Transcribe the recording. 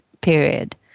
period